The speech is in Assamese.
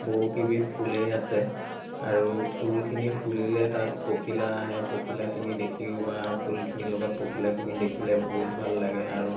বহুকেইবিধ ফুলেই আছে আৰু ফুলখিনি ফুলিলে তাত পখিলা আহে পখিলাখিনি দেখিও বা ফুলখিনি লগত পখিলাখিনি দেখিলে বহুত ভাল লাগে আৰু